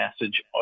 message